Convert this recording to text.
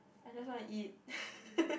I just want to eat